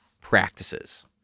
practices